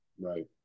right